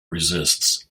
resists